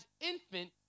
infant